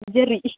Jerry